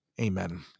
amen